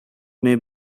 may